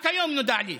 רק היום נודע לי.